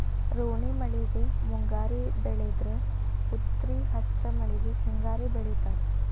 ರೋಣಿ ಮಳೆಗೆ ಮುಂಗಾರಿ ಬೆಳದ್ರ ಉತ್ರಿ ಹಸ್ತ್ ಮಳಿಗೆ ಹಿಂಗಾರಿ ಬೆಳಿತಾರ